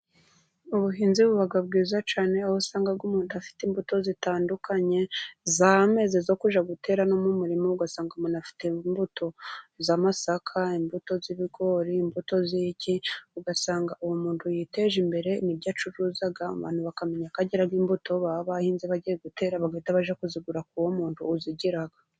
Ubuhinzi buba bwiza cyane, aho usanga umuntu afite imbuto zitandukanye, zameze zo kujya gutera no mu umurima, ugasanga umuntu afite imbuto z'amasaka, imbuto z'ibigori, imbuto z'iki ugasanga uwo muntu yiteje imbere, nibyo acuruza abantu bakamenya ko agira imbuto ambaba bahinze bagiye gutera, bagahita bajya kuzigura kuri uwo muntu uzigira.